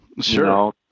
Sure